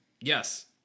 Yes